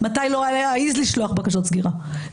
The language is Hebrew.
ומתי לא להעז לשלוח בקשות סגירה,